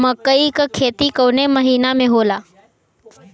मकई क खेती कवने महीना में होला?